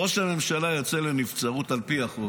ראש הממשלה יוצא לנבצרות על פי החוק